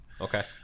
Okay